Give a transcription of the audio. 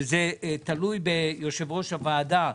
וזה תלוי ביושב ראש הוועדה.